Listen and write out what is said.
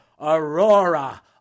Aurora